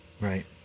Right